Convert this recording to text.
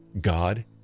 God